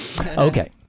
Okay